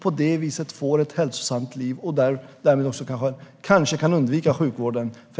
På det viset kan människor få ett hälsosamt liv och kanske undvika sjukvården.